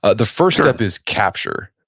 ah the first up is capture.